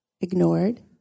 ignored